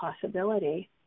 possibility